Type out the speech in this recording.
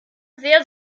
sehr